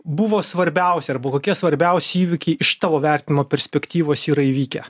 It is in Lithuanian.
buvo svarbiausia arba kokie svarbiausi įvykiai iš tavo vertinimo perspektyvos yra įvykę